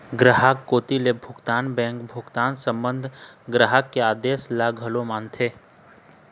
गराहक कोती ले भुगतान बेंक भुगतान संबंध ग्राहक के आदेस ल घलोक मानथे